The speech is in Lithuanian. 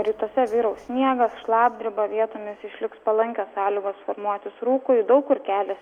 rytuose vyraus sniegas šlapdriba vietomis išliks palankios sąlygos formuotis rūkui daug kur kelia